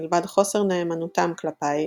מלבד חוסר נאמנותם כלפי,